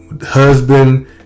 Husband